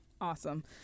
Awesome